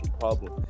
problem